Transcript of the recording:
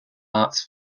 arts